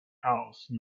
house